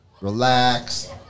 relax